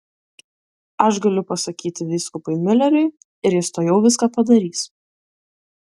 aš galiu pasakyti vyskupui miuleriui ir jis tuojau viską padarys